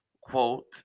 quote